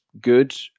good